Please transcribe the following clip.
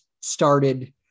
started